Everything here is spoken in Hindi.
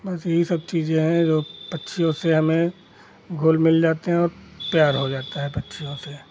बस यही सब चीज़ें हैं जो पक्षियों से हमें घुल मिल जाते हैं प्यार हो जाता है पक्षियों से